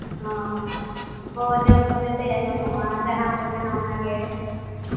ᱦᱮᱸ ᱦᱮᱸ ᱡᱚᱢ ᱦᱚᱸ ᱡᱮᱛᱮᱭᱟᱜ ᱧᱟᱢᱚᱜᱼᱟ ᱡᱟᱦᱟᱸ ᱯᱮ ᱢᱮᱱᱟ ᱚᱱᱟᱜᱮ